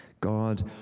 God